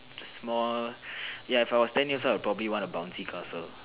small ya for a ten years old I probably want a bouncy castle